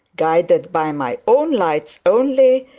guided by my own lights only,